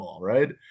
Right